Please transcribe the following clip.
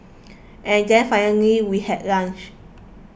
and then finally we had lunch